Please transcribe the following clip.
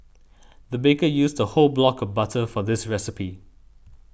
the baker used a whole block of butter for this recipe